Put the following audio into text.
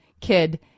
kid